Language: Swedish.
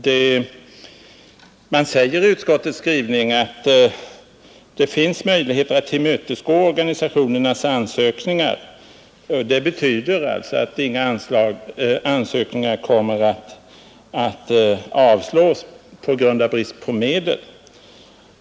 Där sägs för det första att det finns möjligheter att tillmötesgå organisationernas ansökningar. Det betyder att inga ansökningar kommer att avstyrkas på grund av brist på medel.